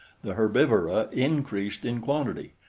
the herbivora increased in quantity,